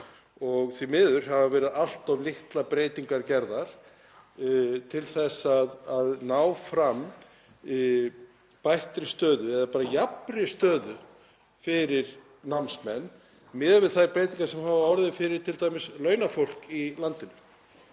og því miður hafa allt of litlar breytingar verið gerðar til þess að ná fram bættri stöðu eða bara jafnri stöðu fyrir námsmenn, miðað við þær breytingar sem hafa orðið t.d. hjá launafólki í landinu.